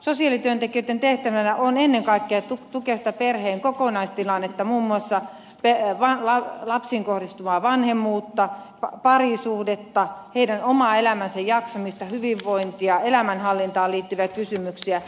sosiaalityöntekijöitten tehtävänä on ennen kaikkea tukea sitä perheen kokonaistilannetta muun muassa lapsiin kohdistuvaa vanhemmuutta parisuhdetta heidän oman elämänsä jaksamista hyvinvointia elämänhallintaan liittyviä kysymyksiä